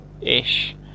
ish